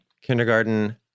Kindergarten